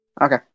Okay